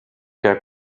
cas